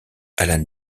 alan